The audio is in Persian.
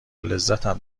لذتم